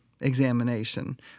examination